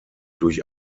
durch